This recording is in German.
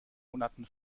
monaten